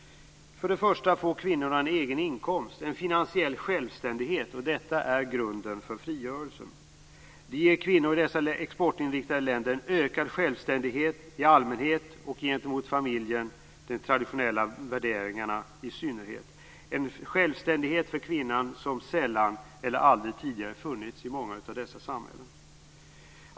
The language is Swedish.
Först och främst får kvinnorna en egen inkomst - en finansiell självständighet. Detta är grunden för frigörelsen. Det ger kvinnor i dessa exportinriktade länder en ökad självständighet i allmänhet och gentemot familjen och de traditionella värderingarna i synnerhet - en självständighet för kvinnan som tidigare sällan eller aldrig funnits i många av dessa samhällen.